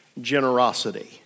generosity